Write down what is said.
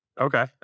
okay